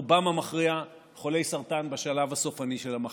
רובם המכריע חולי סרטן בשלב הסופני של המחלה.